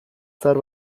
zahar